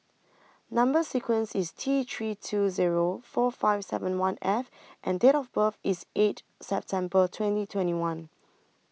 Number sequence IS T three two Zero four five seven one F and Date of birth IS eight September twenty twenty one